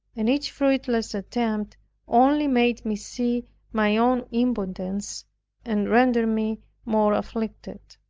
and each fruitless attempt only made me see my own impotence, and rendered me more afflicted.